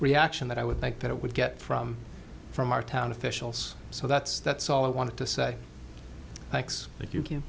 reaction that i would like that it would get from from our town officials so that's that's all i wanted to say thanks but you can't